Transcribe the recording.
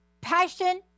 Passion